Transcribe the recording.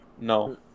No